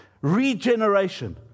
regeneration